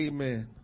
Amen